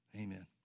Amen